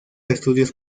estudios